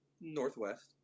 northwest